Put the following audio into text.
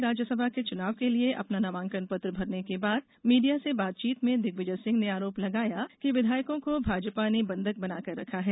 भोपाल में राज्यसभा के चुनाव के लिए अपना नामांकन पत्र भरने के बाद मीडिया से बातचीत में दिग्विजय सिंह ने आरोप लगाया कि विधायकों को भाजपा ने बंधक बनाकर रखा है